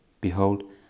behold